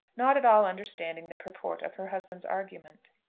not at all understanding the purport of her husband's argument.